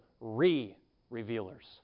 re-revealers